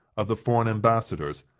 of the foreign embassadors,